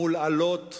מול אלות,